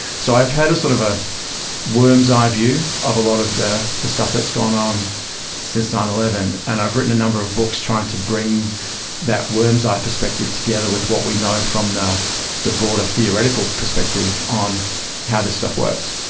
so i've had a sort of a worm's-eye view of a lot of the the stuff that's gone on since nine eleven and i've written a number of books trying to bring that worm's eye perspective together with what we know from the the broader theoretical perspective on how this stuff works.